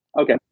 Okay